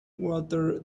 water